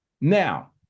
now